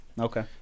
Okay